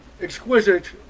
exquisite